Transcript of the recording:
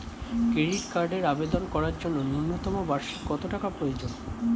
Credit কার্ডের আবেদন করার জন্য ন্যূনতম বার্ষিক কত টাকা প্রয়োজন?